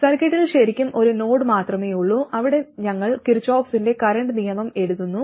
സർക്യൂട്ടിൽ ശരിക്കും ഒരു നോഡ് മാത്രമേയുള്ളൂ അവിടെ ഞങ്ങൾ കിർചോഫിന്റെ Kirchhoff's കറന്റ് നിയമം എഴുതുന്നു